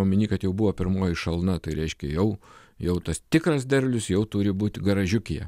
omeny kad jau buvo pirmoji šalna tai reiškia jau jau tas tikras derlius jau turi būti garažiukyje